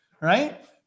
Right